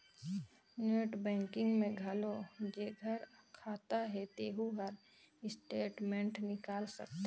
net banking में घलो जेखर खाता हे तेहू हर स्टेटमेंट निकाल सकथे